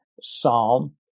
Psalm